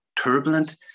turbulent